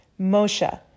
Moshe